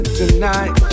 tonight